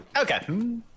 Okay